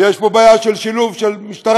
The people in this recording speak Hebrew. יש פה בעיה של שילוב של משטרה,